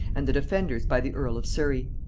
and the defenders by the earl of surry.